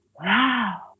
wow